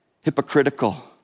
hypocritical